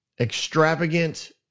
extravagant